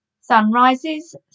Sunrises